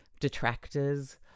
detractors